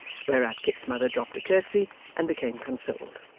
whereat kit's mother dropped a curtsey and became consoled.